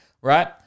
Right